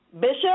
Bishop